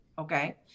Okay